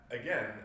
again